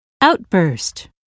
Outburst